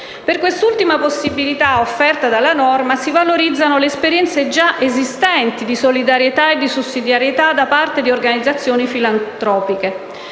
Per quest'ultima possibilità offerta dalla norma si valorizzano le esperienze già esistenti di solidarietà e sussidiarietà da parte di organizzazioni filantropiche.